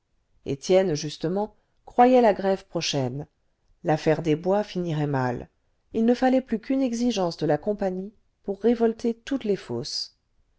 étienne justement croyait la grève prochaine l'affaire des bois finirait mal il ne fallait plus qu'une exigence de la compagnie pour révolter toutes les fosses